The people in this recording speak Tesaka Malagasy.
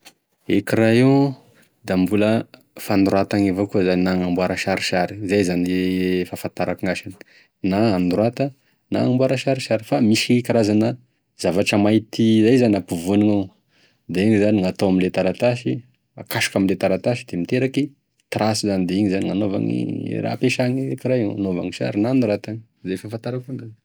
E crayon da mbola fanoratagny avao koa zany na agnamboara sarisary zay zany e fahafantarako gn'asagny na anorata na anamboara sarisary, fa misy karazana zavatry mainty zay gn'ampivohany gnao da igny zany gnatao amle taratasy akasiky ame de miteraky trasy, zany de igny zany gnaovany e raha hampesa crayon agnaovany sary na agnoratagny zay fahafantarako enazy.